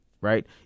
right